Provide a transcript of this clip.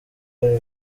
bari